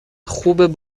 خوب